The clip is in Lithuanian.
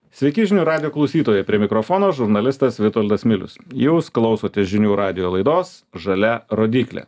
sveiki žinių radijo klausytojai prie mikrofono žurnalistas vitoldas milius jūs klausotės žinių radijo laidos žalia rodyklė